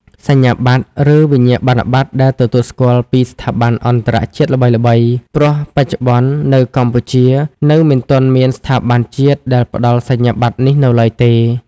សញ្ញាបត្រ ឬ វិញ្ញាបនបត្រដែលទទួលស្គាល់ពីស្ថាប័នអន្តរជាតិល្បីៗ ព្រោះបច្ចុប្បន្ននៅកម្ពុជានៅមិនទាន់មានស្ថាប័នជាតិដែលផ្ដល់សញ្ញាបត្រនេះនៅឡើយទេ។